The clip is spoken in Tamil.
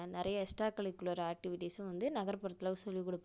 நிறைய எக்ஸ்ட்ராகரிகுலர் ஆக்ட்டிவிட்டீஸும் வந்து நகர்ப்புறத்தில் சொல்லிக் கொடுப்பாங்க